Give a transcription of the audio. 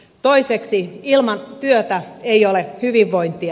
toiseksi ilman työtä ei ole hyvinvointia